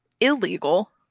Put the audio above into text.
illegal